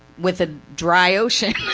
with a dry ocean?